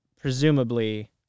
presumably